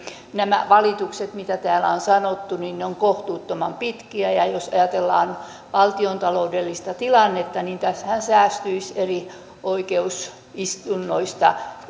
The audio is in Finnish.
nämä valitukset mitä täällä on sanottu ovat kohtuuttoman pitkiä ja jos ajatellaan valtiontaloudellista tilannetta niin tässähän säästyisi eri oikeusistunnoista